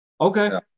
Okay